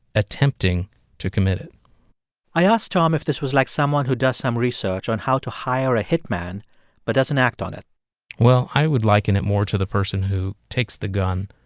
attempting to commit it i asked tom if this was like someone who does some research on how to hire a hitman but doesn't act on it well, i would liken it more to the person who takes the gun,